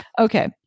Okay